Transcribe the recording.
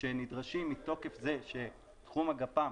שנדרשים מתוקף זה שתחום הגפ"ם